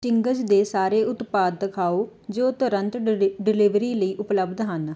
Ching's ਦੇ ਸਾਰੇ ਉਤਪਾਦ ਦਿਖਾਓ ਜੋ ਤੁਰੰਤ ਡਲੀ ਡਿਲੀਵਰੀ ਲਈ ਉਪਲਬਧ ਹਨ